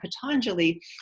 Patanjali